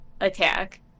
attack